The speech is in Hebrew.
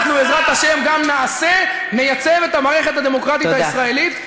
אנחנו בעזרת השם גם נעשה: נייצב את המערכת הדמוקרטית הישראלית,